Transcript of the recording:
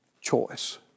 choice